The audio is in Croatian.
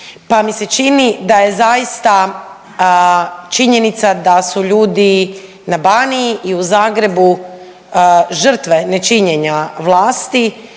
pa mi se čini da je zaista činjenica da su ljudi na Baniji i u Zagrebu žrtve nečinjenja vlasti